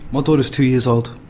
my daughter is two years old.